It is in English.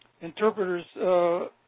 Interpreter's